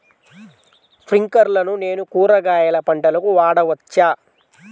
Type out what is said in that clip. స్ప్రింక్లర్లను నేను కూరగాయల పంటలకు వాడవచ్చా?